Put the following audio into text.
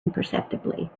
imperceptibly